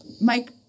Mike